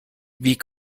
wie